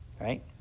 right